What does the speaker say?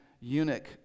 eunuch